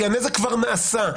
כי הנזק כבר נעשה.